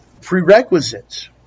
prerequisites